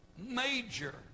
major